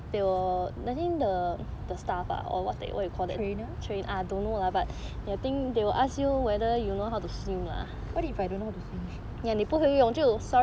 trainer what if I don't know how to swim